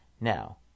now